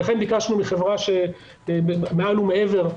ואכן ביקשנו מחברת 'אבל ומעבר',